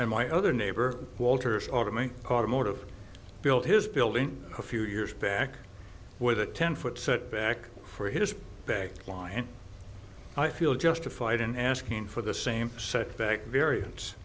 and my other neighbor walters automate automotive build his building a few years back with a ten foot setback for his back line i feel justified in asking for the same setback variance